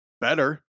better